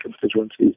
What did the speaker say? constituencies